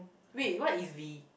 wait what is V